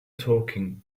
talking